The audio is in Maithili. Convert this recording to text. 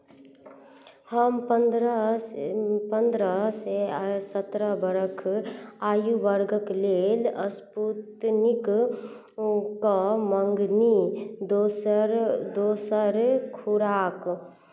हम पन्द्रहसँ पन्द्रहसँ सत्रह बरख आयु वर्गक लेल स्पूतनिकके मङ्गनी दोसर दोसर खुराक